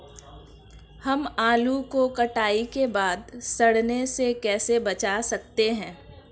हम आलू को कटाई के बाद सड़ने से कैसे बचा सकते हैं?